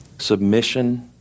Submission